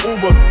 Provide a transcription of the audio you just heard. Uber